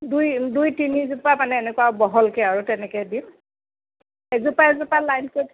দুই দুই তিনিজোপা মানে এনেকুৱা বহলকৈ আৰু তেনেকৈ দিম এজোপা এজোপা লাইন কৰি